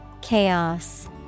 Chaos